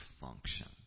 function